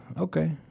Okay